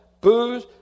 booze